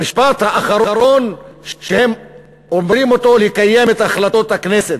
המשפט האחרון שהם אומרים: "לקיים את החלטות הכנסת".